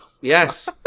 Yes